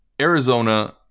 Arizona